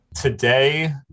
Today